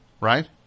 Right